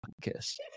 kiss